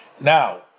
Now